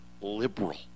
liberal